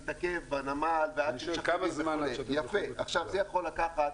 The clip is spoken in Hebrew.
מתעכב בנמל ועד ש- -- כמה זמן עד ש- -- זה יכול לקחת